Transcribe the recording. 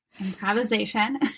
improvisation